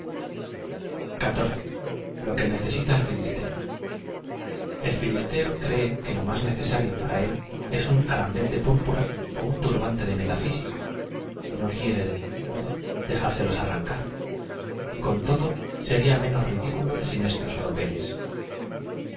o que neceeita el filifteo e l filisteo cree que lo más necesario para él es un aram bel de púrpura ó un turbante de metafsico y no quiere de ningún modo dejárselos arrancar y con todo seria menos ridículo sin estos oropeles i